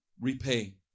repay